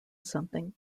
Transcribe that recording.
something